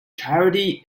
charity